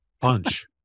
punch